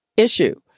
issue